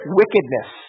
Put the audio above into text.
wickedness